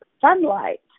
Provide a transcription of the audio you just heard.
sunlight